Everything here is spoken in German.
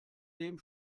dem